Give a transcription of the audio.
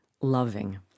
loving